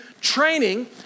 training